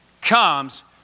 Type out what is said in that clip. comes